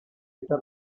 esta